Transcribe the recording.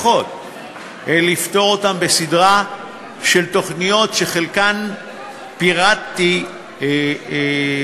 ואנחנו נחושים לפתור אותן בסדרה של תוכניות שאת חלקן פירטתי כרגע.